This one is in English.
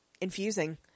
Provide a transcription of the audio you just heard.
infusing